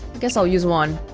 guess i'll use one